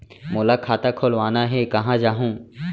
मोला खाता खोलवाना हे, कहाँ जाहूँ?